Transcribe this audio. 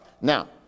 Now